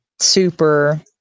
super